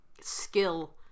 skill